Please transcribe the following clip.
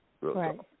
Right